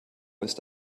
ist